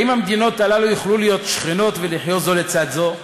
האם המדינות הללו יוכלו להיות שכנות ולחיות זו לצד זו,